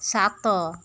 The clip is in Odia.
ସାତ